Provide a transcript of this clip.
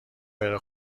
بره